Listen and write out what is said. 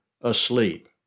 asleep